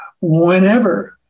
whenever